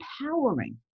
empowering